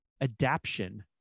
adaption